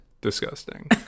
Disgusting